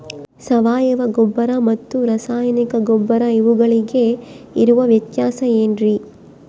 ಸಾವಯವ ಗೊಬ್ಬರ ಮತ್ತು ರಾಸಾಯನಿಕ ಗೊಬ್ಬರ ಇವುಗಳಿಗೆ ಇರುವ ವ್ಯತ್ಯಾಸ ಏನ್ರಿ?